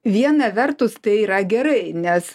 viena vertus tai yra gerai nes